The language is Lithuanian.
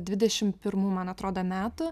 dvidešim pirmų man atrodo metų